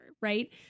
right